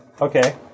okay